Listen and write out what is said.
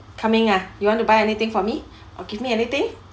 coming ah you want to buy anything for me or give me anything